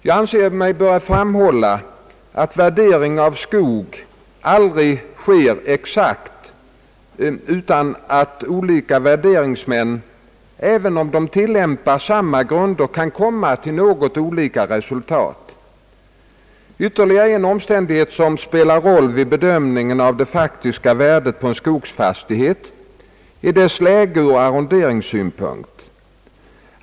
Jag anser mig böra framhålla att värdering av skog aldrig kan ske exakt utan att olika värderingsmän även om de tillämpar samma grunder kan komma till något olika resultat. Ytterligare en omständighet som spelar roll vid bedömningen av det faktiska värdet på en skogsfastighet är dess läge ur arronderingssynpunkt.